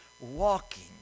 walking